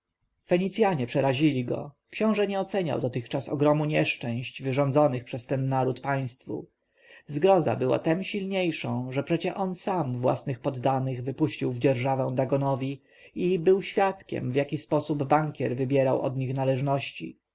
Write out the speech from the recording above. fakta fenicjanie przerazili go książę nie oceniał dotychczas ogromu nieszczęść wyrządzonych przez ten naród państwu zgroza była tem silniejszą że przecie on sam swoich własnych poddanych wypuścił w dzierżawę dagonowi i był świadkiem w jaki sposób bankier wybierał od nich należności